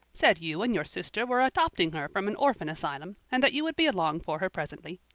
said you and your sister were adopting her from an orphan asylum and that you would be along for her presently.